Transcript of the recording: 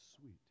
Sweet